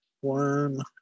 one